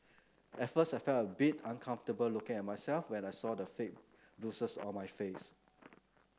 at first I felt a bit uncomfortable looking at myself when I saw the fake bruises on my face